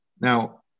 Now